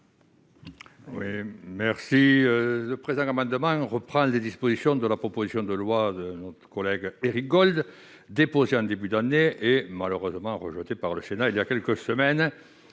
Bilhac. Le présent amendement reprend les dispositions de la proposition de loi déposée par notre collègue Éric Gold en début d'année, malheureusement rejetée par le Sénat il y a quelques semaines,